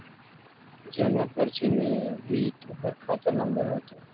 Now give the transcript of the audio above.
जमा पर्ची में भी तोहर खाता नंबर होतो